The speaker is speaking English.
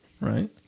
Right